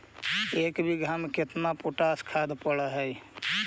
एक बिघा में केतना पोटास खाद पड़ है?